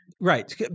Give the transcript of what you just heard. Right